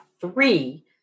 three